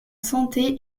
santé